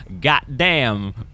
Goddamn